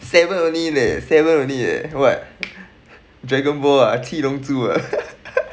seven only leh seven only leh what dragon ball ah 七龙珠 ah